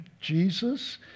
Jesus